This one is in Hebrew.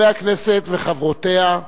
חברי הכנסת וחברותיה,